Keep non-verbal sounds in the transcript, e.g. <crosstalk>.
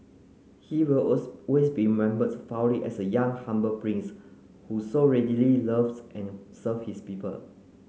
he will <unintelligible> always be remembered fondly as a young humble prince who so readily loved and served his people